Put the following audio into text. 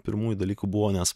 pirmųjų dalykų buvo nes